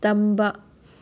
ꯇꯝꯕ